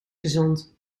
gezond